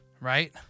right